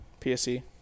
PSE